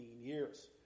years